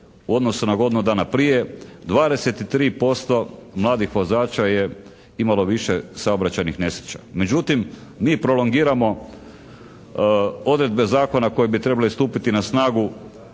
odnosu na godinu dana prije 23% mladih vozača je imalo više saobraćajnih nesreća, međutim mi prolongiramo odredbe zakona koje bi trebale stupiti na snagu,